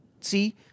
See